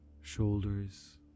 shoulders